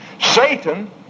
Satan